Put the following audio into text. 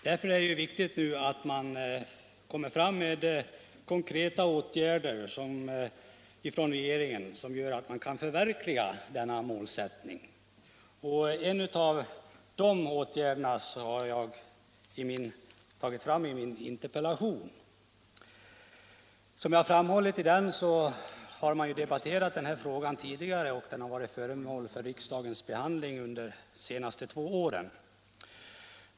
Därför är det viktigt att regeringen vidtar konkreta åtgärder för att förverkliga denna målsättning. En sådan åtgärd har jag pekat på i min interpellation. Som jag framhållit i interpellationen har den fråga jag där tar upp behandlats av riksdagen under de senaste två åren.